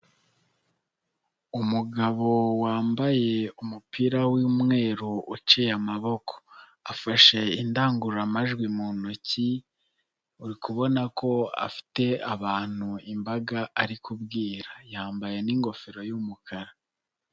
Umugabo wambaye umupira w'umweru uciye amaboko, afashe indangururamajwi mu ntoki, uri kubona ko afite abantu imbaga ari kubwira, yambaye n'ingofero y'umukara.